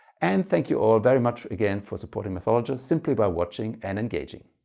and thank you all very much again for supporting mathologer simply by watching and engaging.